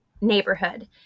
neighborhood